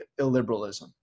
illiberalism